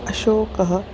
अशोकः